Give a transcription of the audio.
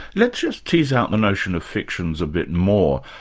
let's just tease out the notion of fictions a bit more.